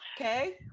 okay